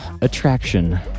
attraction